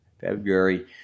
February